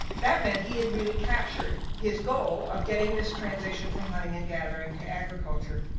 that meant he had really captured his goal of getting this transition from hunting and gathering to agriculture.